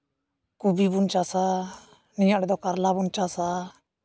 ᱠᱩᱵᱤ ᱵᱚᱱ ᱪᱟᱥᱟ ᱱᱤᱭᱟᱹ ᱟᱲᱮ ᱫᱚ ᱠᱟᱨᱞᱟ ᱵᱚᱱ ᱪᱟᱥᱟ